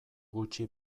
gutxi